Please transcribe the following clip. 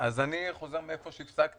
אז אני חוזר לאיפה שהפסקתי.